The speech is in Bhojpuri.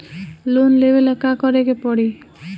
लोन लेवे ला का करे के पड़ी?